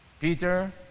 Peter